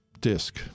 disc